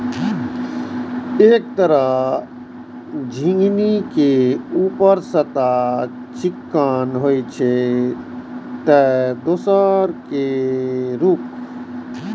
एक तरह झिंगुनी के ऊपरी सतह चिक्कन होइ छै, ते दोसर के रूख